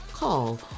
Call